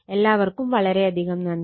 എല്ലാവർക്കും വളരെയധികം നന്ദി